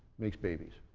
makes babies.